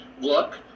look